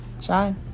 shine